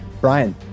Brian